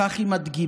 בכך היא מדגימה